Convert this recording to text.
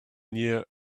near